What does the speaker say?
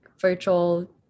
virtual